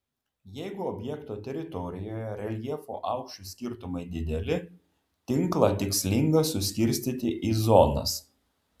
jeigu objekto teritorijoje reljefo aukščių skirtumai dideli tinklą tikslinga suskirstyti į zonas